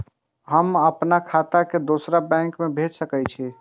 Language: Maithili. हम आपन खाता के दोसर बैंक में भेज सके छी?